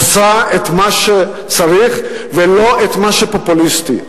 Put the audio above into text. עושה את מה שצריך ולא את מה שפופוליסטי.